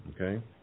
Okay